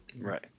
Right